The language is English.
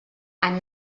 and